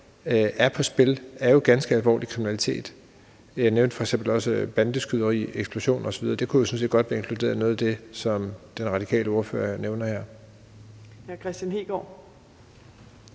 er på spil, jo er ganske alvorlig kriminalitet. Jeg nævnte f.eks. også bandeskyderi, eksplosioner osv. Det kunne jo sådan set godt være inkluderet i noget af det, som den radikale ordfører nævner her. Kl. 15:39 Fjerde